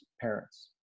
parents